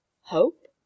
Hope